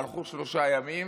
הלכו שלושה ימים